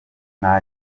nta